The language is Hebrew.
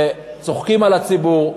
שצוחקים על הציבור.